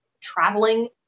traveling